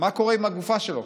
מה קורה עם הגופה שלו: